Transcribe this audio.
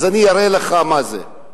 אז אני אראה לך מה זה.